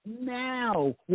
now